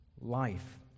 life